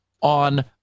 on